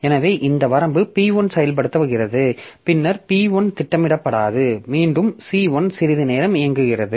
எனவே இந்த வரம்பு P1 செயல்படுத்துகிறது பின்னர் P1 திட்டமிடப்படாது மீண்டும் C1 சிறிது நேரம் இயங்குகிறது